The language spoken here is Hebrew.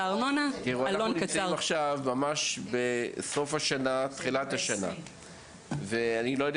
אנחנו נמצאים עכשיו בין סוף השנה לתחילת השנה ואני לא יודע